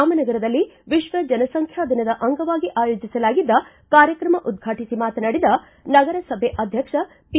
ರಾಮನಗರದಲ್ಲಿ ವಿಶ್ವ ಜನಸಂಖ್ಯಾ ದಿನದ ಅಂಗವಾಗಿ ಆಯೋಜಿಸಲಾಗಿದ್ದ ಕಾರ್ಯತ್ರಮ ಉದ್ವಾಟಿಸಿ ಮಾತನಾಡಿದ ನಗರಸಭೆ ಅಧ್ಯಕ್ಷ ಪಿ